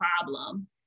problem